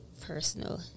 personal